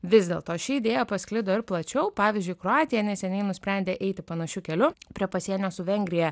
vis dėlto ši idėja pasklido ir plačiau pavyzdžiui kroatija neseniai nusprendė eiti panašiu keliu prie pasienio su vengrija